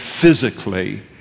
physically